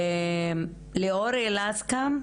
ליאור גלוסקא,